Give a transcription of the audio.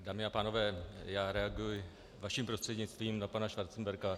Dámy a pánové, reaguji vaším prostřednictvím na pana Schwarzenberga.